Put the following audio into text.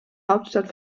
hauptstadt